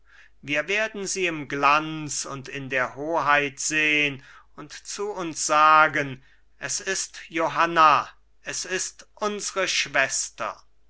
wir werden sie im glanz und in der hoheit sehn und zu uns sagen es ist johanna es ist unsre schwester